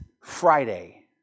Friday